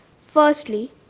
Firstly